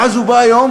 ואז הוא בא היום,